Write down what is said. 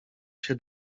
się